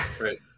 right